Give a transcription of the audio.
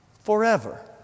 forever